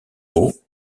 aux